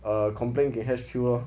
err complain 给 H_Q lor